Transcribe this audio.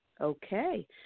Okay